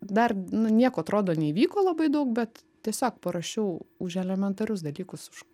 dar nu nieko atrodo neįvyko labai daug bet tiesiog parašiau už elementarius dalykus už